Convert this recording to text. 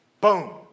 boom